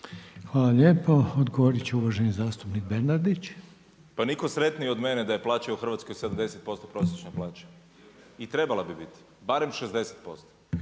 Hvala lijepo. Odgovorit će uvaženi zastupnik Bernardić. **Bernardić, Davor (SDP)** Pa nitko sretniji od mene da je plaća u Hrvatskoj 70% prosječne plaće i trebala bi biti barem 60%.